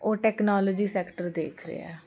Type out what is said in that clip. ਉਹ technology sector ਦੇਖ ਰਿਹਾ